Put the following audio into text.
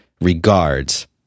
Regards